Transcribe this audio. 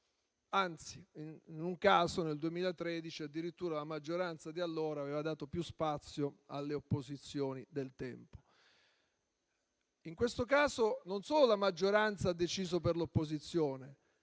anzi, in un caso, nel 2013, addirittura la maggioranza di allora aveva dato più spazio alle opposizioni del tempo. In questo caso, signor Presidente, non solo la maggioranza ha deciso per l'opposizione,